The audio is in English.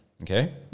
Okay